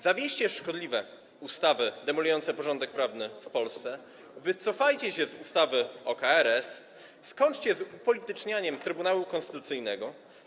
Zawieście szkodliwe ustawy demolujące porządek prawny w Polsce, wycofajcie się z ustawy o KRS, skończcie z upolitycznianiem Trybunału Konstytucyjnego.